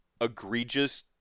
egregious